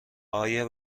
آیا